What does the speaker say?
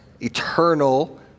eternal